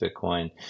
Bitcoin